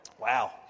Wow